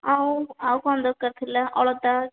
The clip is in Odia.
ଆଉ ଆଉ କ'ଣ ଦରକାର ଥିଲା ଅଳତା କି